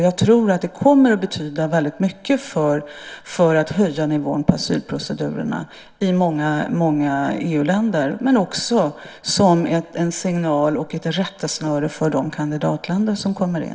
Jag tror också att det kommer att betyda väldigt mycket för att höja nivån på asylprocedurerna i många EU-länder. Det kommer också att vara en signal och ett rättesnöre för de kandidatländer som kommer in.